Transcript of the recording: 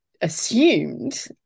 Assumed